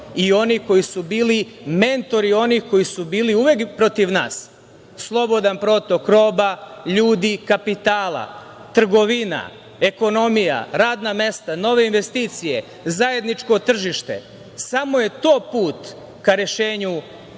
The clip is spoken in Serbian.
i oni koji su bili mentori i oni koji su bili uvek protiv nas. Slobodan protok roba, ljudi kapitala, trgovina, ekonomija, radna mesta, nove investicije, zajedničko tržište. Samo je to put ka rešenju